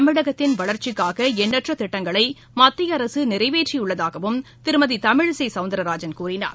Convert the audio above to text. தமிழகத்தின் வளர்ச்சிக்காக எண்ணற்ற திட்டங்களை மத்திய அரசு நிறைவேற்றியுள்ளதாகவும் திருமதி தமிழிசை சௌந்தரராஜன் கூறினார்